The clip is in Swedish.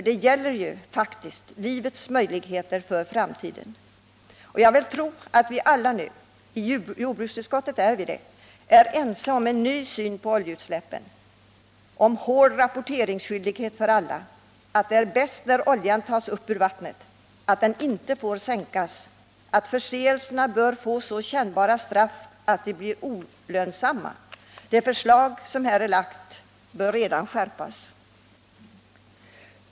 Det gäller ju livets möjligheter för framtiden. Jag vill tro att vi alla — liksom vi är i jordbruksutskottet — är ense om en ny syn på oljeutsläppen, om att det behövs en hård rapporteringsskyldighet för alla, om att bästa resultat erhålles när oljan tas upp ur vattnet, om att oljan inte får ”sänkas” och om att förseelserna bör följas av så kännbara straff att de blir olönsamma. Det förslag som här är lagt bör redan skärpas.